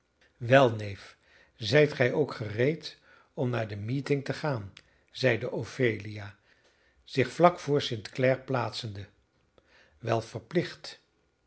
wel neef zijt gij ook gereed om naar de meeting te gaan zeide ophelia zich vlak voor st clare plaatsende wèl verplicht